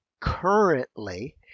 currently